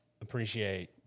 appreciate